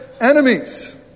enemies